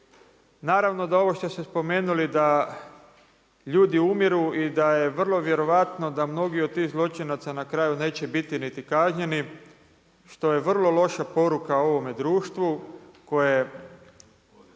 Naravno da ovo što se spomenuli da ljudi umiru i da je vrlo vjerovatno da mnogi od tih zločinaca na kraju neće biti niti kažnjeni, što je vrlo loša poruka ovom društvu, koje